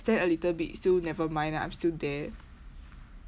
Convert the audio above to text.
extend a little bit still nevermind ah I'm still there